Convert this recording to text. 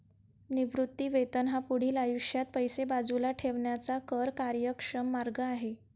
निवृत्ती वेतन हा पुढील आयुष्यात पैसे बाजूला ठेवण्याचा कर कार्यक्षम मार्ग आहे